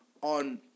on